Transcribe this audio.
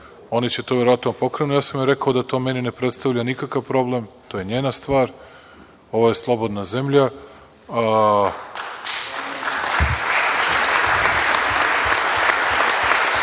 oni će to verovatno da pokrenu. Ja sam rekao da to meni ne predstavlja nikakav problem, to je njena stvar, ovo je slobodna zemlja. Ali